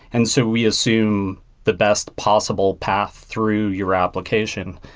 and so we assume the best possible path through your application.